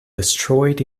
destroyed